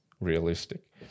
realistic